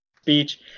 speech